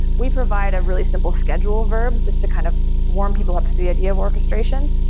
we provide a really simple schedule verb, just to kind of warm people up to the idea of orchestration,